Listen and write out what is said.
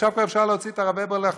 עכשיו כבר אפשר להוציא את הרב הבר לחופשי,